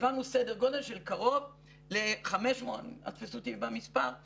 העברנו סדר גודל של קרוב ל-500,000 מקדמות